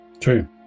True